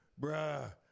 Bruh